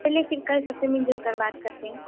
چلیے پھر کل سب سے مل جل کر بات کرتے ہیں